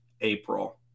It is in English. april